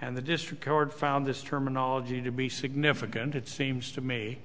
and the district court found this terminology to be significant it seems to me